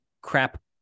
crap